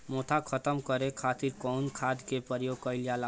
मोथा खत्म करे खातीर कउन खाद के प्रयोग कइल जाला?